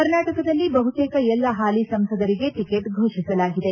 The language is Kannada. ಕರ್ನಾಟಕದಲ್ಲಿ ಬಹುತೇಕ ಎಲ್ಲ ಹಾಲಿ ಸಂಸದರಿಗೆ ಟಿಕೆಟ್ ಫೋಷಿಸಲಾಗಿದೆ